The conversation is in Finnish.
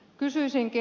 kysyisinkin